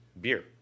beer